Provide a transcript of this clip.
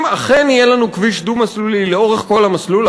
אם אכן יהיה לנו כביש דו-מסלולי לאורך כל המסלול,